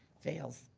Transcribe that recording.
fails.